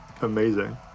Amazing